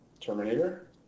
Terminator